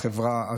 נו,